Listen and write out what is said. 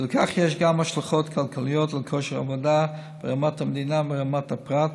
שלכך יש גם השלכות כלכליות על כושר העבודה ברמת המדינה וברמת הפרט